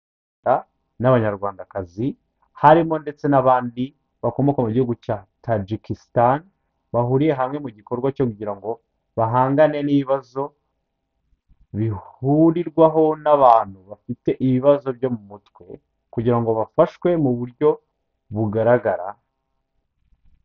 Abazungu n'abanyarwandakazi, harimo ndetse n'abandi bakomoka mu gihugu cya tagikistan, bahuriye hamwe mu gikorwa cyo kugira ngo bahangane n'ibibazo bihurirwaho n'abantu bafite ibibazo byo mu mutwe, kugira ngo bafashwe mu buryo bugaragara.